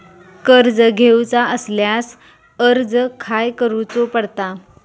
कर्ज घेऊचा असल्यास अर्ज खाय करूचो पडता?